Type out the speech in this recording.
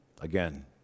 Again